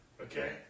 Okay